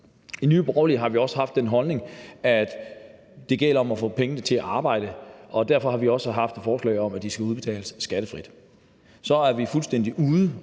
I Nye Borgerlige har vi også den holdning, at det gælder om at få pengene til at arbejde, og derfor har vi også haft et forslag om, at de skal udbetales skattefrit. For så er vi fuldstændig ude